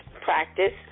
practice